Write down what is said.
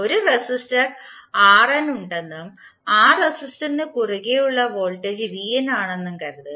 ഒരു റെസിസ്റ്റർ ഉണ്ടെന്നും ആ റെസിസ്റ്ററിനു കുറുകെ ഉള്ള വോൾട്ടേജ് ആണെന്നും കരുതുക